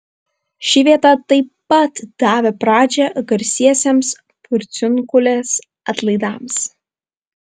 ši vieta tai pat davė pradžią garsiesiems porciunkulės atlaidams